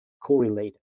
correlated